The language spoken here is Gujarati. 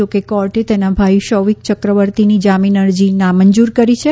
જો કે કોર્ટે તેના ભાઈ શૌવિક ચક્રવર્તિની જામીન અરજી નામંજૂર કરી છે